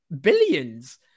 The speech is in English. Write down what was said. billions